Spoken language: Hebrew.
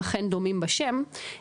הם אכן דומים בשם,